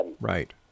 Right